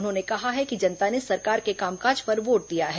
उन्होंने कहा है कि जनता ने सरकार के कामकाज पर वोट दिया है